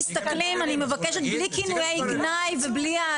בוא תרצה לבת שלי על יהדות --- ילדים מסתכלים,